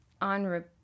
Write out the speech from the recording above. On